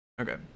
Okay